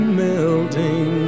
melting